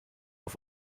auf